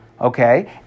Okay